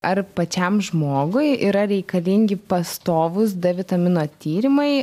ar pačiam žmogui yra reikalingi pastovūs d vitamino tyrimai